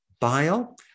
bile